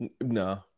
No